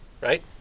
right